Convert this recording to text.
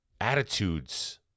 attitudes